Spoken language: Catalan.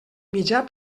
mitjà